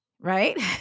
right